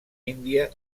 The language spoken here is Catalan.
índia